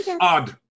odd